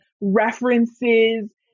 references